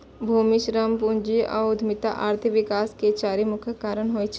भूमि, श्रम, पूंजी आ उद्यमिता आर्थिक विकास के चारि मुख्य कारक होइ छै